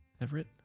Everett